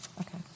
Okay